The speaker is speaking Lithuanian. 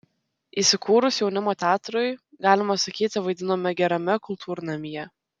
įsikūrus jaunimo teatrui galima sakyti vaidinome gerame kultūrnamyje